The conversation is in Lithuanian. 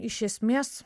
iš esmės